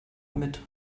mit